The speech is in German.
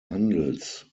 handels